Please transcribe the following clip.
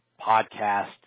podcast